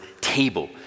table